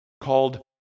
called